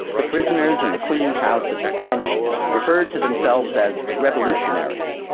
the prisoners in the queens house of detention referred to themselves as revolutionaries.